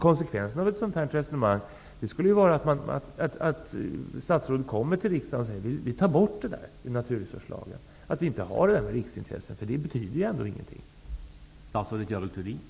Konsekvensen av förda resonemang måste bli att statsrådet framför till riksdagen att detta med riksintresse skall tas bort från naturresurslagen, eftersom det ändå inte betyder någonting.